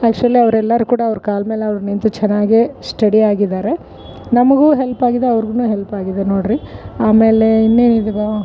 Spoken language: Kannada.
ಆ್ಯಕ್ಚುಲಿ ಅವರೆಲ್ಲರು ಕೂಡ ಅವ್ರ ಕಾಲಮೇಲೆ ಅವ್ರು ನಿಂತು ಚೆನ್ನಾಗೆ ಸ್ಟಡಿ ಆಗಿದ್ದಾರೆ ನಮಗು ಹೆಲ್ಪ್ ಆಗಿದೆ ಅವ್ರಿಗು ಹೆಲ್ಪ್ ಆಗಿದೆ ನೋಡ್ರಿ ಆಮೇಲೆ ಇನ್ನೇನಿದು ಬ